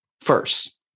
first